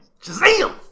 Shazam